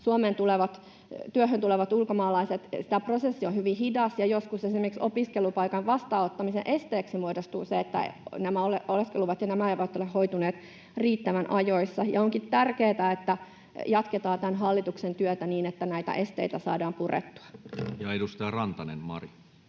Rantanen: Se kestää yhdeksän päivää!] ja joskus esimerkiksi opiskelupaikan vastaanottamisen esteeksi muodostuu se, että nämä oleskeluluvat eivät ole hoituneet riittävän ajoissa. Onkin tärkeätä, että jatketaan tämän hallituksen työtä, niin että näitä esteitä saadaan purettua. [Speech 307]